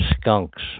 skunks